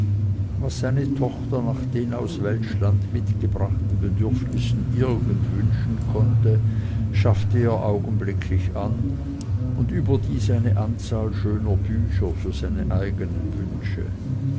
was seine tochter nach den aus welschland mitgebrachten bedürfnissen irgend wünschen konnte schaffte er augenblicklich an und überdies eine anzahl schöner bücher für seine eigenen wünsche